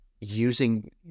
using